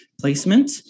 placement